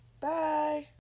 Bye